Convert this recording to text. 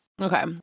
Okay